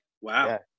Wow